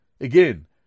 Again